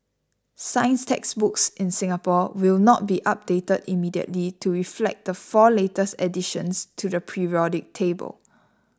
science textbooks in Singapore will not be updated immediately to reflect the four latest additions to the periodic table